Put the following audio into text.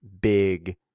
big